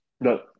No